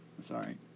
Sorry